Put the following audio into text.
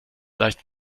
leicht